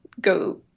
go